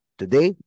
today